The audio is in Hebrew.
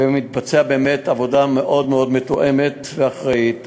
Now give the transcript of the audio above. ומתבצעת באמת עבודה מאוד מאוד מתואמת ואחראית.